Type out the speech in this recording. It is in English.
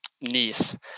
niece